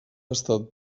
estat